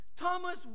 Thomas